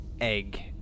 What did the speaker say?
egg